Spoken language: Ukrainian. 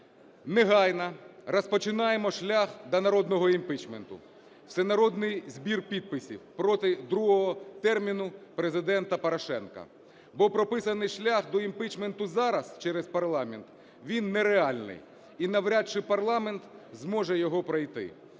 негайно розпочинаємо шлях до народного імпічменту. Всенародний збір підписів проти другого терміну Президента Порошенка. Бо прописаний шлях до імпічменту зараз через парламент - він нереальний, і навряд чи парламент зможе його пройти.